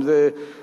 אם זה "חמאס",